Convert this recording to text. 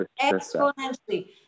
exponentially